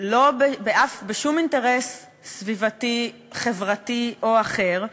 בשום אינטרס סביבתי, חברתי או אחר,